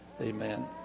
amen